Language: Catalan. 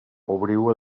obriu